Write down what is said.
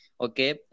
Okay